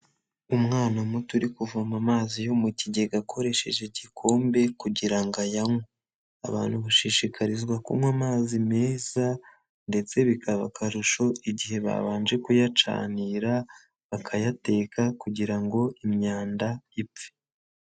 Umwana muto uri kuvoma amazi yo mu kigega akoresheje igikombe kugira ngo ayanywe, abantu bashishikarizwa kunywa amazi meza ndetse bikaba akarusho igihe babanje kuyacanira bakayateka kugira ngo imyanda ipfe.